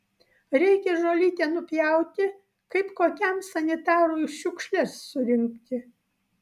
reikia žolytę nupjauti kaip kokiam sanitarui šiukšles surinkti